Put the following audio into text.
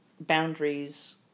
boundaries